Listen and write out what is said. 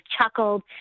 chuckled